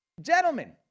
gentlemen